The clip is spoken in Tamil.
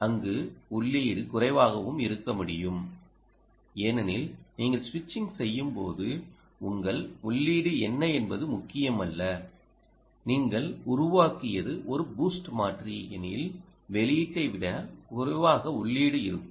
அங்கு உள்ளீடு குறைவாகவும் இருக்க முடியும் ஏனெனில் நீங்கள் சுவிட்சிங் செய்யும்போது உங்கள் உள்ளீடு என்ன என்பது முக்கியமல்லநீங்கள் உருவாக்கியது ஒரு பூஸ்ட் மாற்றி எனில் வெளியீட்டை விட குறைவாக உள்ளீடு இருக்கும்